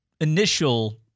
initial